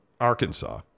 Arkansas